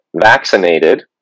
vaccinated